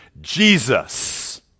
Jesus